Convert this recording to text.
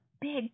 big